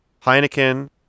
Heineken